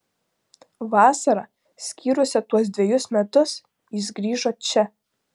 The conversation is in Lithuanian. vasarą skyrusią tuos dvejus metus jis grįžo čia